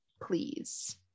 please